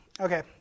Okay